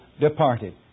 departed